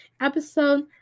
episode